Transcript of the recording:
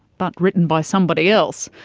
but written by somebody else,